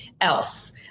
else